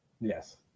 Yes